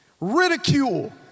ridicule